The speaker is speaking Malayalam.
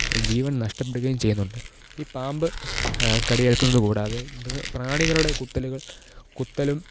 ഒരു ജീവന് നഷ്ടപ്പെടുകയും ചെയ്യുന്നുണ്ട് ഈ പാമ്പ് കടിയേല്ക്കുന്നത് കൂടാതെ മൃഗ പ്രാണികളുടെ കുത്തലുകള് കുത്തലും